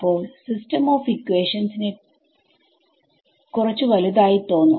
അപ്പോൾ system of equations കുറച്ച് വലുതായി തോന്നും